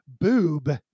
boob